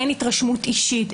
אין התרשמות אישית,